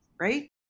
right